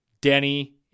denny